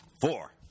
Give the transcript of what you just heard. Four